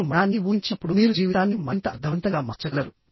మీరు మరణాన్ని ఊహించినప్పుడు మీరు జీవితాన్ని మరింత అర్ధవంతంగా మార్చగలరు